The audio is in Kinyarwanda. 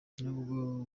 n’ubwo